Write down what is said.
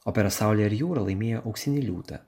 opera saulė ir jūra laimėjo auksinį liūtą